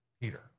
Peter